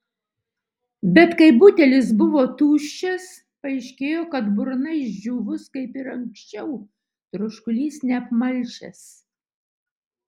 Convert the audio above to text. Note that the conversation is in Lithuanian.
bet kai butelis buvo tuščias paaiškėjo kad burna išdžiūvus kaip ir anksčiau troškulys neapmalšęs